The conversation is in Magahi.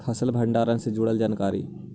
फसल भंडारन से जुड़ल जानकारी?